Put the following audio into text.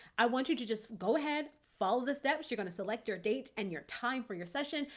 i want you to just go ahead, follow the steps. you're going to select your date and your time for your session.